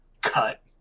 Cut